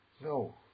no